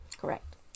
Correct